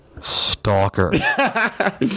Stalker